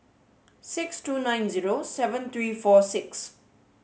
six two nine zero seven three four six